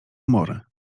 humory